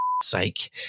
sake